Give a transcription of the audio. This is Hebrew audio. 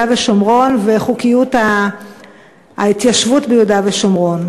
ושומרון וחוקיות ההתיישבות ביהודה ושומרון.